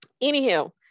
anyhow